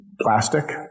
plastic